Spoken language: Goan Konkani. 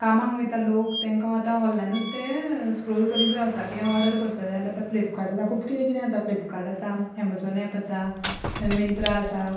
कामाक वयता लोक तेंका आतां ऑनलायनूच ते स्क्रोल करीत रावता कितें ऑर्डर करपाक जाय जाल्यार आतां फ्लिपकार्ट आसा खूब कितें कितें आसा फ्लिपकार्ट आसा एमजॉन एप आसा आनी मिंत्रा आसा